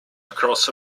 across